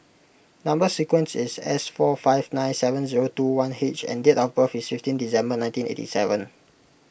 Number Sequence is S four five nine seven zero two one H and date of birth is fifteen December nineteen eight seven